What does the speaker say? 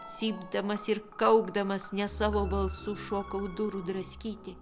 cypdamas ir kaukdamas ne savo balsu šokau durų draskyti